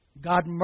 God